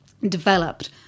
developed